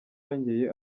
yongeye